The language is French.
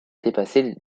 dépassé